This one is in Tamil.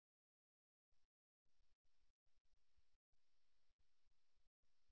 கால்கள் சீரான முறையில் சீரானவை மற்றும் நபர் தொடர்ந்து முன்னும் பின்னுமாக ஆடுகிறார்